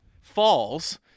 falls